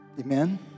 amen